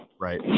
right